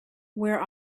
where